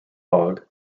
log